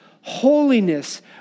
holiness